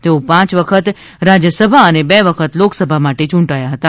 તેઓ પાંચ વખત રાજ્યસભા અને બે વખત લોકસભા માટે ચૂંટાયા હતા